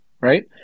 right